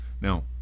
Now